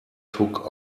took